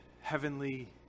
heavenly